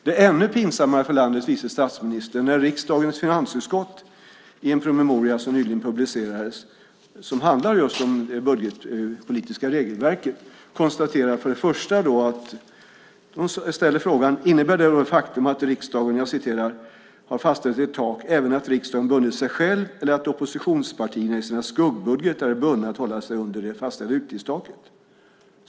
Det är ännu pinsammare för landets vice statsminister när riksdagens finansutskott i en promemoria som nyligen publicerades och som handlar just om det budgetpolitiska regelverket för det första ställer frågan: Innebär då det faktum att riksdagen har fastställt ett tak även att riksdagen har bundit sig själv eller att oppositionspartier i sina skuggbudgetar är bundna att hålla sig under det fastställda utgiftstaket?